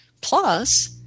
plus